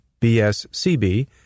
BSCB